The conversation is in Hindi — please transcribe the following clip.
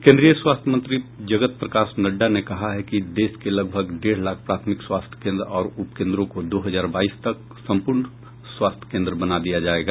केन्द्रीय स्वास्थ्य मंत्री जगत प्रकाश नड्डा ने कहा है कि देश के लगभग डेढ़ लाख प्राथमिक स्वास्थ्य केन्द्र और उपकेन्द्रों को दो हजार बाईस तक सम्पूर्ण स्वास्थ्य केन्द्र बना दिया जाएगा